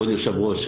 כבוד היושב-ראש,